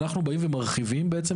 אנחנו באים ומרחיבים בעצם,